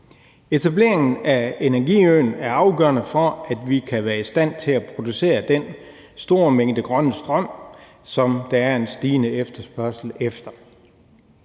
Etableringen af energiøen er afgørende for, at vi kan være i stand til at producere den store mængde grønne strøm, som der er en stigende efterspørgsel på.